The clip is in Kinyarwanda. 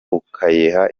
ukayiha